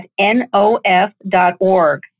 NOF.org